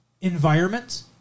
environment